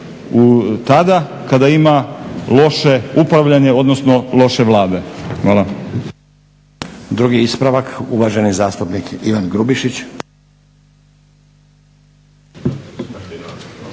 tada kada ima loše upravljanje, odnosno loše Vlade.